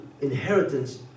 inheritance